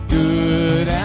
good